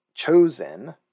chosen